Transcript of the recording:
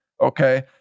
Okay